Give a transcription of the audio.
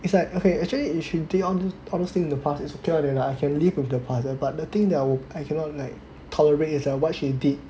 it's like okay actually if she did all this in the past it's okay [one] leh I can live with the past but the thing that I will I cannot like tolerate is what she did